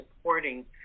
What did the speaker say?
supporting